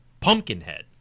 Pumpkinhead